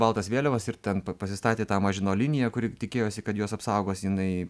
baltas vėliavas ir ten p pasistatė tą mažino liniją kuri tikėjosi kad juos apsaugos jinai